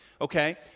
okay